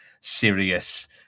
serious